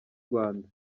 rwanda